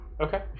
Okay